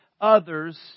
others